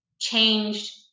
changed